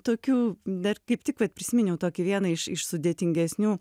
tokių dar kaip tik vat prisiminiau tokį vieną iš iš sudėtingesnių